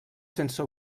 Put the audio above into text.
sense